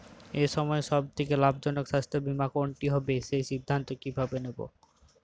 এই সময়ের সব থেকে লাভজনক স্বাস্থ্য বীমা কোনটি হবে সেই সিদ্ধান্ত কীভাবে নেব?